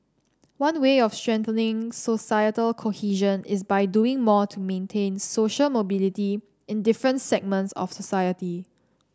one way of strengthening societal cohesion is by doing more to maintain social mobility in different segments of society